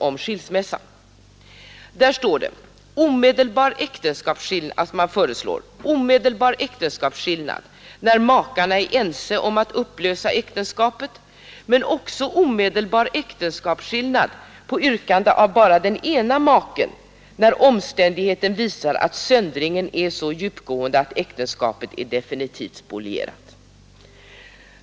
Låt oss så betrakta vad som stod i direktiven om skilsmässa: omedelbar äktenskapsskillnad när makarna är ense om att upplösa äktenskapet men också omedelbar äktenskapsskillnad på yrkande av bara den ena maken när omständigheterna visar att söndringen är så djupgående att äktenskapet är definitivt spolierat.